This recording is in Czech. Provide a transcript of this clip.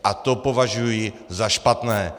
A to považuji za špatné.